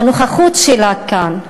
בנוכחות שלה כאן,